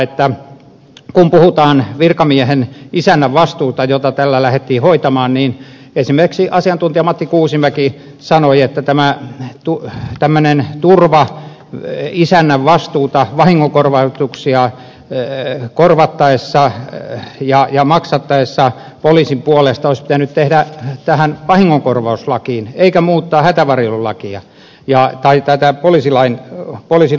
kun puhutaan virkamiehen isännänvastuusta jota tällä lähdettiin hoitamaan niin esimerkiksi asiantuntija matti kuusimäki sanoi että tämmöinen turva ja vei isännän vastuuta vain korvatuksi isännänvastuusta vahingonkorvauksia korvattaessa ja maksettaessa poliisin puolesta olisi pitänyt tehdä tähän vahingonkorvauslakiin eikä olisi pitänyt muuttaa poliisin oikeuksia